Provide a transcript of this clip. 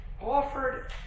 offered